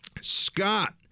Scott